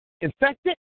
infected